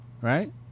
right